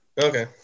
Okay